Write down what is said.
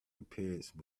appearance